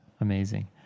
amazing